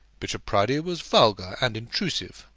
bishop proudie was vulgar and intrusive,